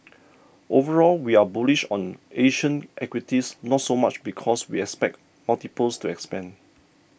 overall we are bullish on Asian equities not so much because we expect multiples to expand